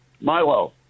Milo